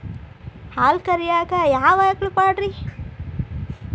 ಹಾಲು ಕರಿಯಾಕ ಯಾವ ಆಕಳ ಪಾಡ್ರೇ?